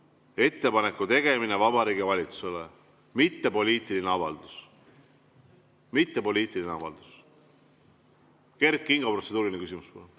ettepaneku tegemine Vabariigi Valitsusele, mitte poliitiline avaldus. Mitte poliitiline avaldus! Kert Kingo, protseduuriline küsimus,